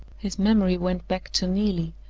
his memory went back to neelie,